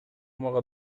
мага